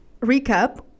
Recap